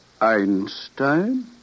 Einstein